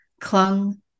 clung